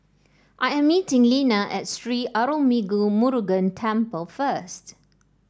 I am meeting Lina at Sri Arulmigu Murugan Temple first